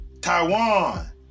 Taiwan